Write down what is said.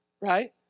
right